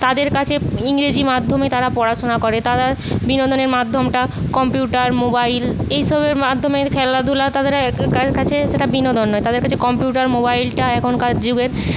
তাদের কাছে ইংরেজী মাধ্যমে তারা পড়াশোনা করে তারা বিনোদনের মাধ্যমটা কম্পিউটার মোবাইল এইসবের মাধ্যমে খেলাধুলা তাদের কাছে সেটা বিনোদন নয় তাদের কাছে কম্পিউটার মোবাইলটা এখনকার যুগে